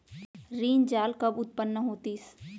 ऋण जाल कब उत्पन्न होतिस?